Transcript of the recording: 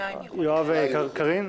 יואב וקארין?